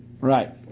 Right